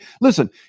Listen